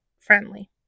friendly